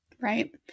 Right